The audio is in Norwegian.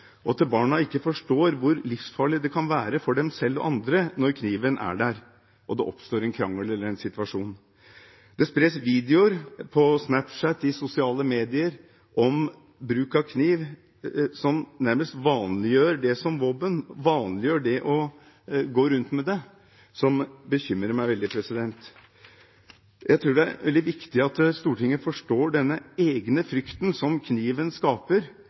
og at barna ikke forstår hvor livsfarlig det kan være for dem selv og andre når kniven er der og det oppstår en krangel eller en situasjon. Det spres videoer på Snapchat, i sosiale medier, av bruk av kniv som nærmest vanliggjør det som våpen, som vanliggjør det å gå rundt med det, som bekymrer meg veldig. Jeg tror det er veldig viktig at Stortinget forstår denne egne frykten som kniven skaper,